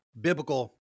biblical